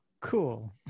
Cool